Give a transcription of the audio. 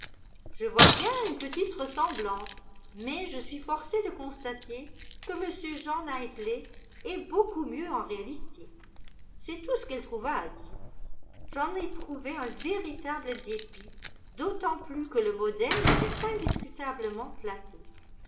je vois bien une petite ressemblance mais je suis forcée de constater que m jean knightley est beaucoup mieux en réalité c'est tout ce qu'elle trouva à dire j'en éprouvai un véritable dépit d'autant plus que le modèle était indiscutablement flatté